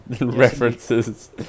References